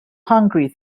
hungry